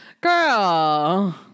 Girl